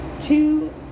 Two